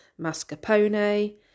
mascarpone